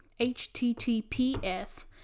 HTTPS